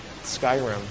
Skyrim